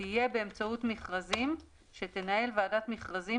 תהיה באמצעות מכרזים שתנהל ועדת מכרזים